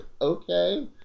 okay